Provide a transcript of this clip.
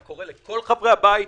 אני קורא לכל חברי הבית,